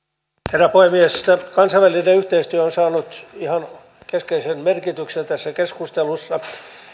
herra puhemies kansainvälinen yhteistyö on saanut ihan keskeisen merkityksen tässä keskustelussa